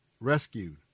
rescued